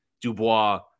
Dubois